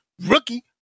rookie